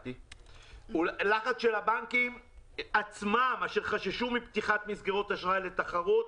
לחץ של הבנקים עצמם שחששו מפתיחת מסגרות אשראי לתחרות,